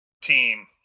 team